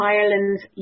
Ireland's